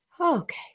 okay